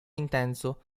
intenso